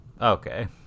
okay